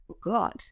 God